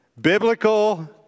Biblical